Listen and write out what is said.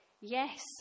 Yes